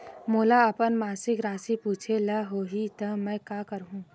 मोला अपन मासिक राशि पूछे ल होही त मैं का करहु?